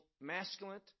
masculine